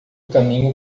caminho